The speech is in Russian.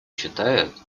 считает